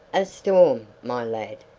a storm, my lad,